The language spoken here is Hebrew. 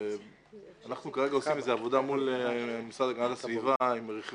אנחנו כרגע עושים עבודה מול המשרד להגנת הסביבה ומשרד